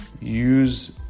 use